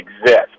exist